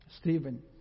Stephen